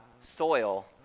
soil